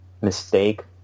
mistake